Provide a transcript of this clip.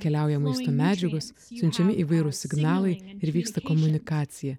keliauja maisto medžiagos siunčiami įvairūs signalai ir vyksta komunikacija